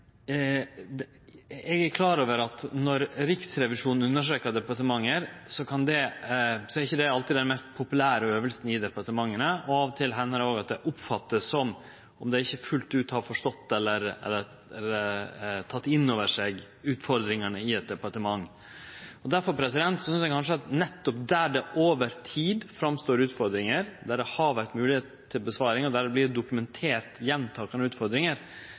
til hender det òg at det vert oppfatta som at dei ikkje fullt ut har forstått eller har teke inn over seg utfordringane i eit departement. Difor synest eg kanskje at nettopp der det over tid er utfordringar, der det har vore mogleg å svare, og der det vert dokumentert gjentakande utfordringar,